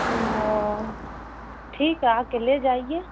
او ٹھیک ہے آ کے لے جائیے